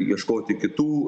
ieškoti kitų